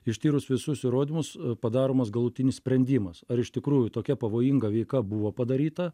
ištyrus visus įrodymus padaromas galutinis sprendimas ar iš tikrųjų tokia pavojinga veika buvo padaryta